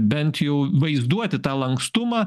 bent jau vaizduoti tą lankstumą